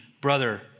brother